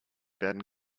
werden